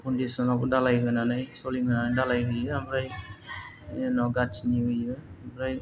फाउन्देस'नआव धालाय होनानै सलिं होनानै धालाय होयो ओमफ्राय बेनि उनाव गाथिनि होयो ओमफ्राय